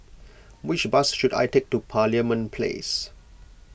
which bus should I take to Parliament Place